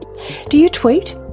do you tweet?